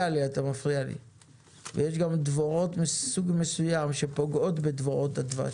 יש דבורים מסוג מסוים שפוגעות בדבורת הדבש.